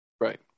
Right